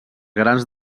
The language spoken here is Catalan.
grans